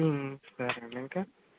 సరే అండి ఇంకా